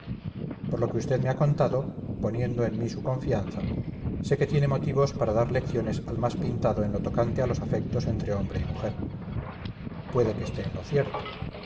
por lo que usted me ha contado poniendo en mí su confianza sé que tiene motivos para dar lecciones al más pintado en lo tocante a los afectos entre hombre y mujer puede que esté en lo cierto